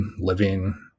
living